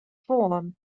form